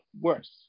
worse